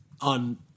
on